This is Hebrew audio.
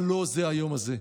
אבל לא זה היום הזה.